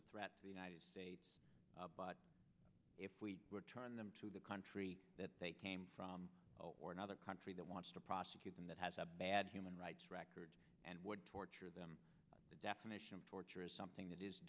a threat to the united states but if we would turn them to the country that they came from or another country that wants to prosecute them that has a bad human rights record and would torture them the definition of torture is something that is